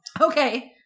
okay